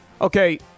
okay